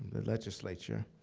legislature